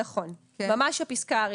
נכון, ממש הפסקה הראשונה.